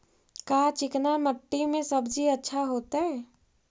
का चिकना मट्टी में सब्जी अच्छा होतै?